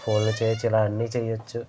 ఫోన్లు చెయ్యచ్చు అన్నీ చెయ్యచ్చు